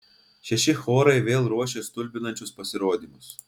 šeši chorai vėl ruošia stulbinančius pasirodymus